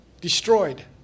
destroyed